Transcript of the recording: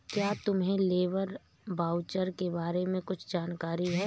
क्या तुम्हें labour voucher के बारे में कुछ जानकारी है?